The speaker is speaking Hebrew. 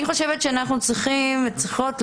אני חושבת שאנחנו צריכים וצריכות לחשוב,